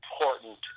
important